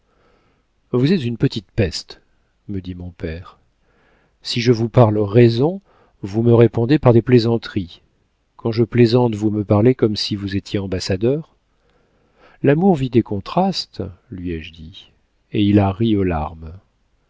vous êtes une petite peste me dit mon père si je vous parle raison vous me répondez par des plaisanteries quand je plaisante vous me parlez comme si vous étiez ambassadeur l'amour vit de contrastes lui ai-je dit et il a ri aux larmes